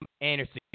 Anderson